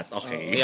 okay